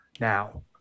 now